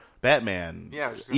Batman